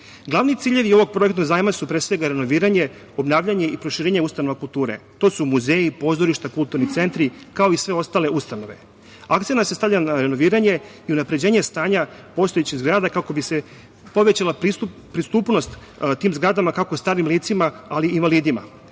ciljevi ovog projekta zajma su pre svega renoviranje, obnavljanje i proširivanje ustanova kulture. To su muzeji, pozorišta, kulturni centri, kao i sve ostale ustanove. Akcenat se stavlja na renoviranje i unapređenje stanja postojećih zgrada kako bi se povećala pristupnost tim zgradama kako starim licima ali i invalidima.